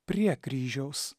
prie kryžiaus